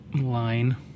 line